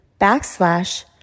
backslash